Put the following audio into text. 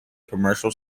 commercial